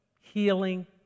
healing